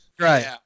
right